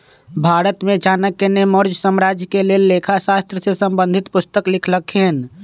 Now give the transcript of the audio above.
भारत में चाणक्य ने मौर्ज साम्राज्य के लेल लेखा शास्त्र से संबंधित पुस्तक लिखलखिन्ह